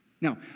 Now